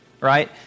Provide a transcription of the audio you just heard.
right